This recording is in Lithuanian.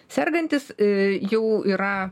sergantis i jau yra